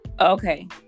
Okay